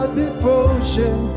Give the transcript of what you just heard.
devotion